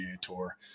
Tour